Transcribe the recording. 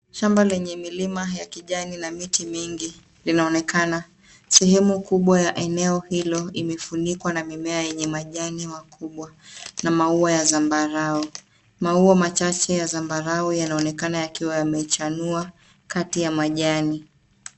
Shamba lenye milima ya kijani la miti mingi linaonekana . Sehemu kubwa ya eneo hilo imefunikwa na mimea yenye majani makubwa na maua ya zambarau. Maua machache ya zambarau yanaonekana yakiwa yamechanua kati ya majani.